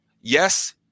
yes